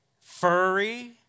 furry